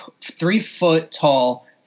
three-foot-tall